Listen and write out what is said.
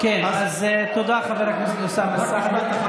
כן, אז תודה, חבר הכנסת אוסאמה סעדי.